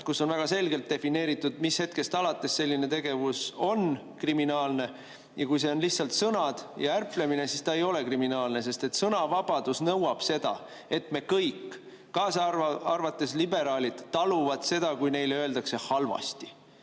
kirjas, väga selgelt defineeritud, mis hetkest alates selline tegevus on kriminaalne. Kui see on lihtsalt sõnadega ärplemine, siis see ei ole kriminaalne, sest sõnavabadus nõuab, et me kõik, kaasa arvatud liberaalid, taluksime seda, kui meile öeldakse halvasti.